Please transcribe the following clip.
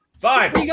five